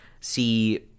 see